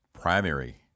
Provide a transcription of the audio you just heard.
primary